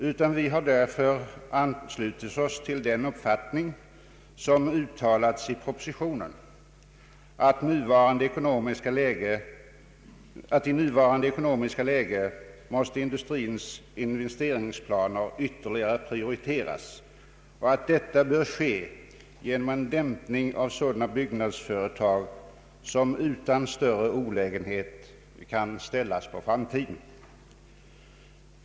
Därför har vi anslutit oss till den upp fattning som uttalats i propostitionen, att i nuvarande ekonomiska läge måste industrins investeringsplaner ytterligare prioriteras och att detta bör ske genom en dämpning av sådan byggnadsverksamhet som utan större olägenhet kan ställas på framtiden.